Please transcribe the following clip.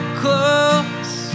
close